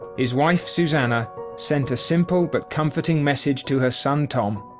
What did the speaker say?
his wife susannah sent a simple, but comforting message to her son tom,